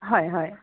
হয় হয়